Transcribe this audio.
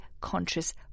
conscious